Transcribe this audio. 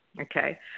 Okay